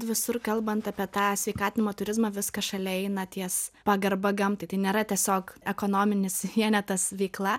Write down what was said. visur kalbant apie tą sveikatinimo turizmą viskas šalia eina ties pagarba gamtai tai nėra tiesiog ekonominis vienetas veikla